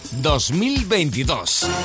2022